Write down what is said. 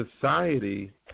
Society